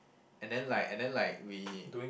and then like and then like we